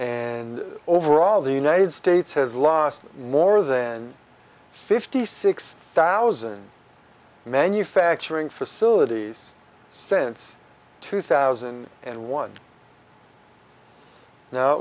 and overall the united states has lost more than fifty six thousand manufacturing facilities sense two thousand and one now